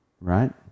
right